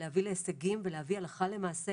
ולהביא להישגים ולהביא הלכה למעשה